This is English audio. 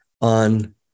on